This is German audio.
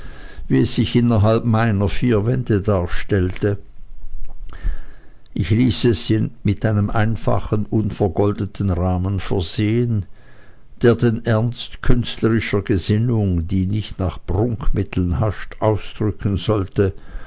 wie es sich innerhalb meiner vier wände darstellte ich ließ es mit einem einfachen unvergoldeten rahmen versehen der den ernst künstlerischer gesinnung die nicht nach prunkmitteln hascht ausdrücken sollte